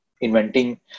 inventing